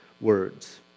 words